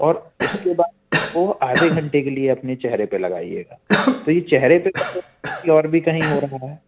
और उसके बाद उसको आधे घंटे के लिए अपने चेहरे पर लगाईएगा तो यह चहरे पर कि और भी कहीं हो रहा है